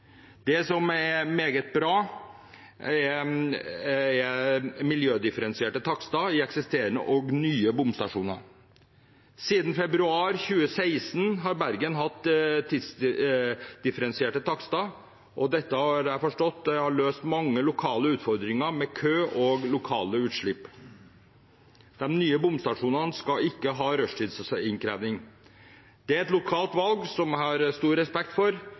Det som er meget bra, er miljødifferensierte takster i eksisterende og nye bomstasjoner. Siden februar 2016 har Bergen hatt tidsdifferensierte takster, og dette har jeg forstått har løst mange lokale utfordringer med kø og lokale utslipp. De nye bomstasjonene skal ikke ha rushtidsinnkreving. Det er et lokalt valg som jeg har stor respekt for,